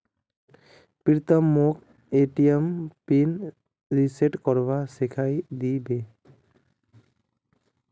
प्रीतम मोक ATM PIN reset करवा सिखइ दी बे